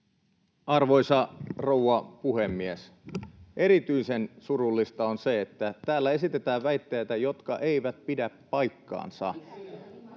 Arvoisa rouva puhemies! Erityisen surullista on se, että täällä esitetään väitteitä, jotka eivät pidä paikkaansa.